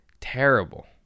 terrible